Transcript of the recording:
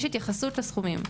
יש התייחסות לסכומים.